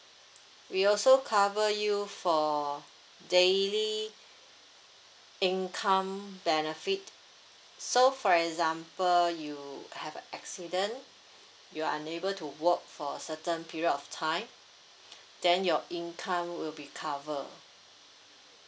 we also cover you for daily income benefit so for example you have accident you're unable to work for a certain period of time then your income will be cover